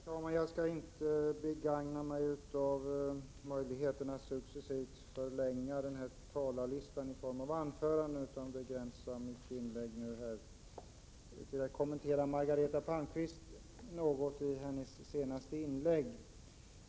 Herr talman! Jag skall inte begagna mig av möjligheten att successivt förlänga talarlistan genom att hålla anföranden, utan begränsa mig till att något kommentera Margareta Palmqvists inlägg.